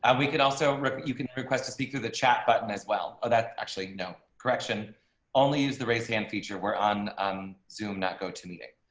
ah we could also you can request to speak through the chat button as well ah that actually no correction only use the raise hand feature. we're on um zoom not go to meeting.